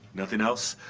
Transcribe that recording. nothing else?